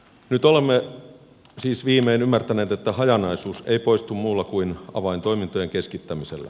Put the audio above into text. nyt olemme siis viimein ymmärtäneet että hajanaisuus ei poistu muulla kuin avaintoimintojen keskittämisellä